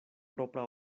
propra